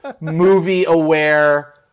movie-aware